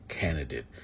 candidate